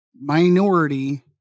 minority